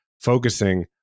focusing